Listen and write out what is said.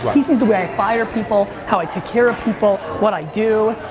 he sees the way i fire people, how i take care of people, what i do.